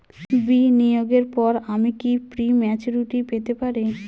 বিনিয়োগের পর আমি কি প্রিম্যচুরিটি পেতে পারি?